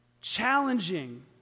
challenging